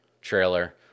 trailer